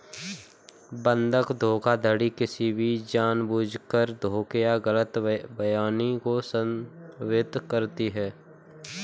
बंधक धोखाधड़ी किसी भी जानबूझकर धोखे या गलत बयानी को संदर्भित करती है